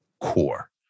core